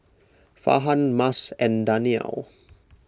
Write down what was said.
Farhan Mas and Danial